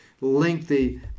lengthy